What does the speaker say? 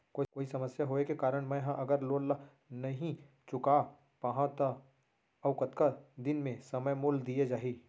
कोई समस्या होये के कारण मैं हा अगर लोन ला नही चुका पाहव त अऊ कतका दिन में समय मोल दीये जाही?